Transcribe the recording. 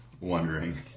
wondering